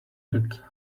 that